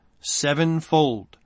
Sevenfold